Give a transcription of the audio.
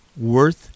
Worth